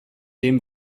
dem